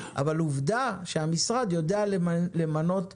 אבל העובדה שהמשרד יודע למנות בניין.